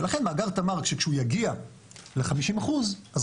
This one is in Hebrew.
ולכן מאגר תמר שכשהוא יגיע ל-50% רק